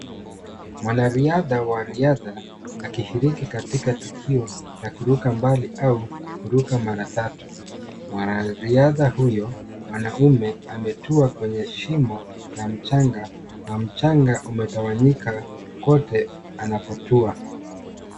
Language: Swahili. Mwariadha wa riadha akishiriki katika tukio ya kuruka mbali au kuruka mara tatu. Mwanariadha huyo, mwanaume ametua kwenye shimo la mchanga na mchanga, umetawanyika kote anapotua.